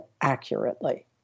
accurately